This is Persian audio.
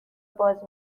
باز